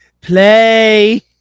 Play